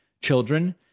children